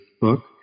book